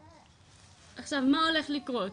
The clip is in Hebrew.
עכשיו, מה הולך לקרות?